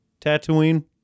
Tatooine